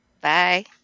bye